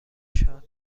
شاد